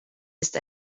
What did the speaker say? ist